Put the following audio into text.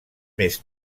més